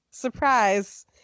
surprise